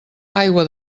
aigua